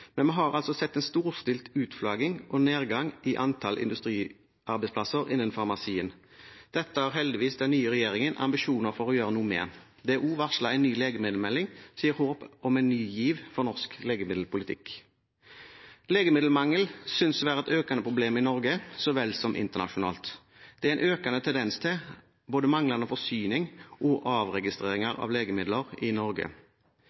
Men vi har altså sett en storstilt utflagging og nedgang i antall industriarbeidsplasser innen farmasien. Dette har heldigvis den nye regjeringen ambisjoner om å gjøre noe med. Det er også varslet en ny legemiddelmelding som gir håp om en ny giv for norsk legemiddelpolitikk. Legemiddelmangel synes å være et økende problem i Norge så vel som internasjonalt. Det er en økende tendens til både manglende forsyning og avregistreringer av legemidler i Norge.